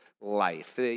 life